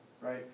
right